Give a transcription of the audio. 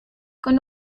con